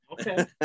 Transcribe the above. okay